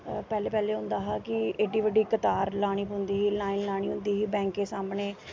पैह्ले पैह्ले होंदा हा कि एड्डी बड्डी कतार लाने पौंदी ही लाइन लानी होंदी ही बैंक दे सामनै